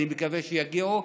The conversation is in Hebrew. אני מקווה שיגיעו,